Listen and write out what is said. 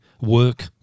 work